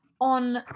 on